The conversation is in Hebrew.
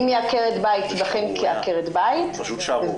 אם היא עקרת בית היא תיבחן כעקרת בית --- זה פשוט שערורייה.